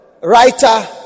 writer